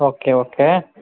okay okay